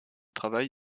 travail